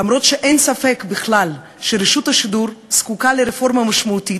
אף שאין ספק בכלל שרשות השידור זקוקה לרפורמה משמעותית,